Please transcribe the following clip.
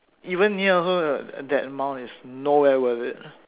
even near also that amount is nowhere worth it